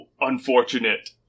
unfortunate